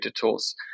tools